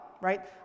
right